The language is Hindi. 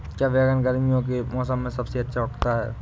क्या बैगन गर्मियों के मौसम में सबसे अच्छा उगता है?